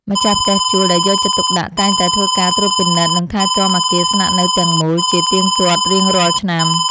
ម្ចាស់ផ្ទះជួលដែលយកចិត្តទុកដាក់តែងតែធ្វើការត្រួតពិនិត្យនិងថែទាំអគារស្នាក់នៅទាំងមូលជាទៀងទាត់រៀងរាល់ឆ្នាំ។